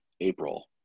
April